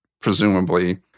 presumably